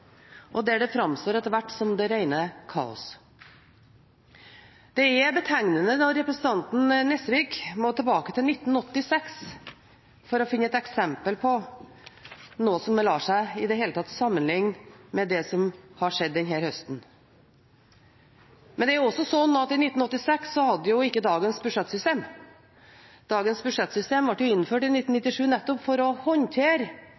og der det etter hvert framsto som det rene kaos. Det er betegnende når representanten Nesvik må tilbake til 1986 for å finne et eksempel på noe som i det hele tatt lar seg sammenligne med det som har skjedd denne høsten. Men det er slik at i 1986 hadde vi ikke dagens budsjettsystem. Dagens budsjettsystem ble innført i 1997, nettopp for å håndtere